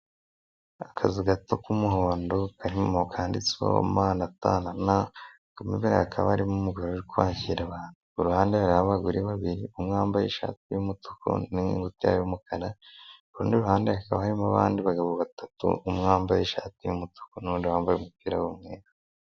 Akazu gato k'umuhondo kanditseho m na t na n, mo imbere hakaba harimo umugore urimo kwahira kuruhande hariyo abagore babiri umwe wambaye ishati y'umutuku n'ingutiya y'umukara kurundi ruhande hakaba harimo abandi bagabo batatu umwe wambaye ishati yumutuku n'undi wambaye umupira w'umweru.